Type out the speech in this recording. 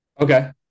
Okay